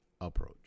approach